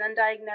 undiagnosed